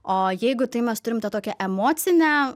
o jeigu tai mes turim tą tokią emocinę